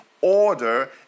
order